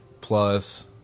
plus